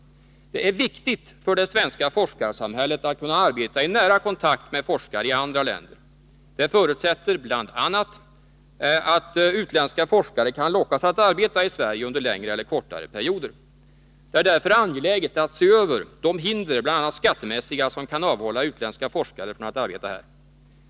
Det är viktigt för det svenska forskarsamhället att kunna arbeta i nära kontakt med forskare i andra länder. Det förutsätter bl.a. att utländska forskare kan lockas att arbeta i Sverige under längre eller kortare perioder. Därför är det angeläget att se över de hinder, bl.a. skattemässiga, som kan avhålla utländska forskare från att arbeta här.